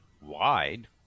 wide